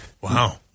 Wow